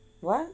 what